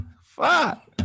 Fuck